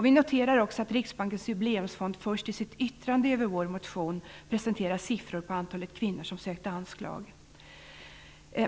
Vi noterar också att Riksbankens Jubileumsfond först i sitt yttrande över vår motion presenterar siffror på antalet kvinnor som sökt anslag.